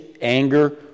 anger